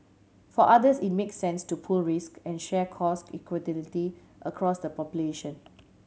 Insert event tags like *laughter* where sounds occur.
for others it makes sense to pool risk and share cost *unintelligible* across the population